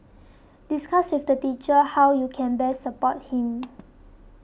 discuss with the teacher how you can best support him